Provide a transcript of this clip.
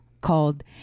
called